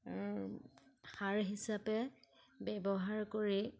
সাৰ হিচাপে ব্যৱহাৰ কৰি